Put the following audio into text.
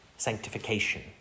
Sanctification